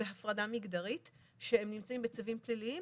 בהפרדה מגדרית שנמצאים בצווים פליליים